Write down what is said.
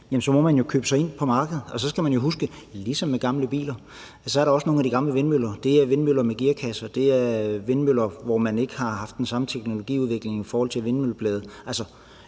så må man jo købe sig ind på markedet. Og så skal man huske, ligesom med gamle biler, at der også er nogle gamle vindmøller. Det er vindmøller med gearkasser; det er vindmøller, hvor man ikke har haft den samme teknologiudvikling i forhold til vindmølleblade,